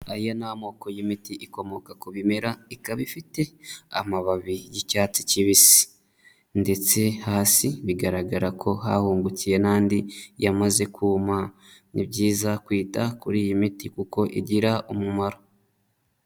Aya ni amoko y'imiti ikomoka ku bimera ikaba ifite amababi y'icyatsi kibisi ndetse hasi bigaragara ko hahungukiye n'andi yamaze kuma, ni byiza kwita kuri iyi miti kuko igira umumaro.